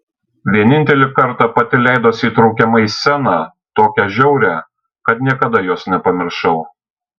vienintelį kartą pati leidosi įtraukiama į sceną tokią žiaurią kad niekada jos nepamiršau